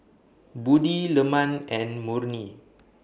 Budi Leman and Murni